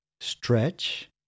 stretch